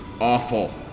awful